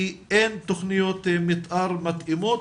כי אין תכניות מתאר מתאימות,